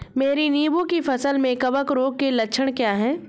मेरी नींबू की फसल में कवक रोग के लक्षण क्या है?